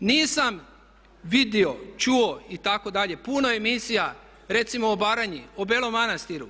Nisam vidio, čuo itd. puno emisija recimo o Baranji, o Belom Manastiru